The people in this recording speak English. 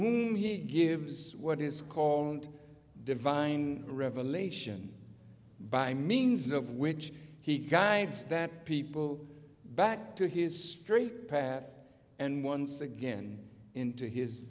whom he gives what is called divine revelation by means of which he guides that people back to his straight path and once again into his